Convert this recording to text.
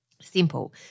simple